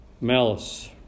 malice